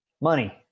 money